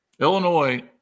Illinois